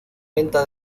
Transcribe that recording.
venta